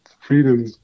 freedom